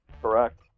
Correct